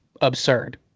absurd